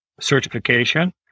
certification